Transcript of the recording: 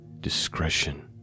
discretion